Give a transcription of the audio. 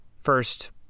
first